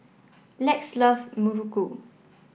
Lex loves Muruku